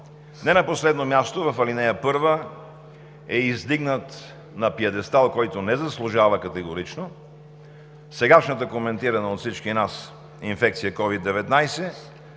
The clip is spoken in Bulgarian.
Не на последно място, в ал. 1 е издигната на пиедестал, който не заслужава категорично, сегашната, коментирана от всички нас, инфекция COVID-19.